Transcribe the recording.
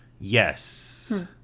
Yes